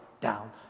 down